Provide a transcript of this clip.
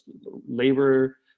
labor